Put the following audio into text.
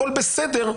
הכול בסדר",